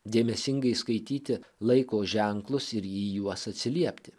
dėmesingai skaityti laiko ženklus ir į juos atsiliepti